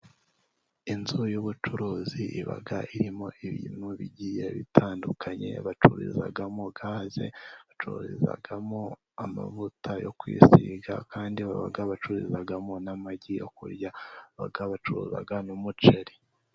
Inzu y'ubucuruzi iba irimo ibintu bigiye bitandukanye bacururizamo gaze, bacururizamo amavuta yo kwisiga, kandi baba bacururizamo n'amagi yo kurya, bakaba bacuruza n'umuceri.